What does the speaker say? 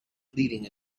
leading